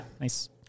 Nice